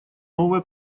новые